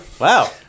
Wow